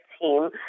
team